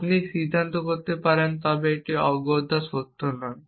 আপনি সিদ্ধান্ত নিতে পারেন তবে এটি অগত্যা সত্য নয়